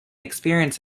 experience